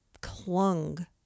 clung